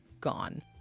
gone